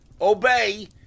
obey